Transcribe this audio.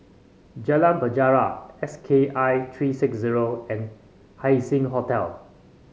Jalan Penjara S K I three six zero and Haising Hotel